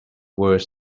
worse